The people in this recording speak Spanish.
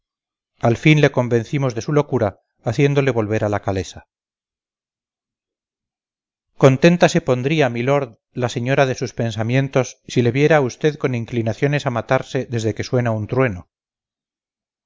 al fin le convencimos de su locura haciéndole volver a la calesa contenta se pondría milord la señora de sus pensamientos si le viera a usted con inclinaciones a matarse desde que suena un trueno